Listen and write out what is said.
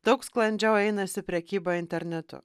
daug sklandžiau einasi prekyba internetu